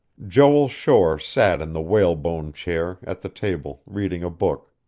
joel shore sat in the whalebone chair, at the table, reading a book.